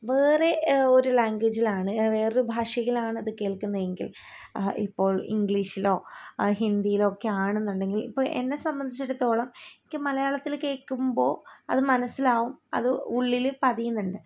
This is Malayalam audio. വേറെയൊരു ലാംഗ്വേജിലാണ് വേറെ ഒരു ഭാഷയിലാണ് അതു കേൾക്കുന്നതെങ്കിൽ ഇപ്പോൾ ഇംഗ്ലീഷിലോ ഹിന്ദിയിലൊക്കെ ആണ് എന്നുണ്ടെങ്കിൽ ഇപ്പോൾ എന്നെ സംബന്ധിച്ചിടത്തോളം എനിക്കു മലയാളത്തിൽ കേൾക്കുമ്പോൾ അതു മനസ്സിലാകും അത് ഉള്ളിൽ പതിയുന്നുണ്ട്